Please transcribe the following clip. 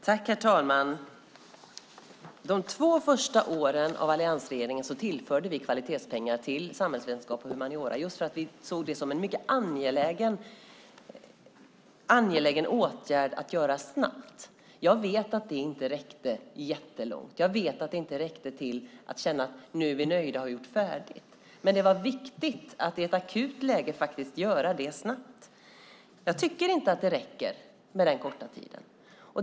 Herr talman! De två första av alliansregeringens år tillförde vi kvalitetspengar till samhällsvetenskap och humaniora just för att vi såg det som en mycket angelägen åtgärd att genomföra snabbt. Jag vet att det inte räckte jättelångt. Jag vet att det inte räckte till att känna att nu är vi nöjda och har gjort färdigt. Men det var viktigt att i ett akut läge göra det snabbt. Jag tycker inte att det räcker med den korta tiden.